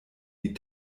die